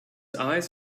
eyes